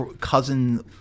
cousin